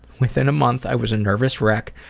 within a month i was a nervous wreck,